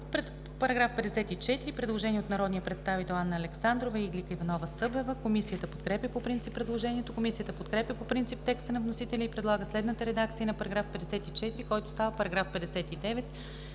По § 54 има предложение от народните представители Анна Александрова и Иглика Иванова-Събева. Комисията подкрепя по принцип предложението. Комисията подкрепя по принцип текста на вносителя и предлага следната редакция на § 54, който става § 59: „§ 59.